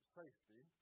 safety